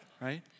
right